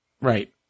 Right